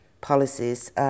policies